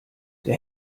der